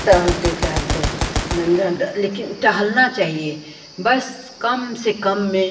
टहलते टहलते लेकिन टहलना चाहिए बस कम से कम में